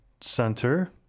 Center